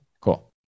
Cool